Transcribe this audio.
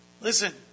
Listen